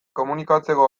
komunikatzeko